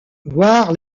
voir